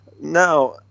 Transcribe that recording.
now